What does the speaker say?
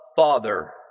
Father